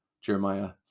Jeremiah